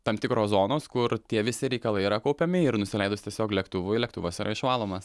tam tikros zonos kur tie visi reikalai yra kaupiami ir nusileidus tiesiog lėktuvui lėktuvas yra išvalomas